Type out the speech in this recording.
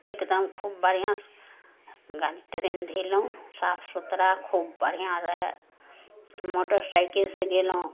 एकदम खूब बढ़िऑं गाड़ी ट्रेन धेलहुॅं साफ सुथरा खूब बढ़िऑं रहै मोटरसाइकिल से गेलहुॅं